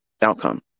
outcome